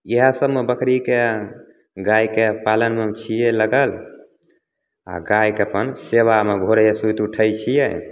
इएह सबमे बकरीके गायके पालनमे हम छियै लगल आ गायके अपन सेबामे भोरे सुति उठैत छियै